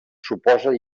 suposa